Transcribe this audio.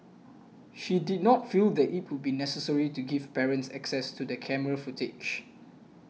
she did not feel that it would be necessary to give parents access to the camera footage